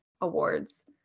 awards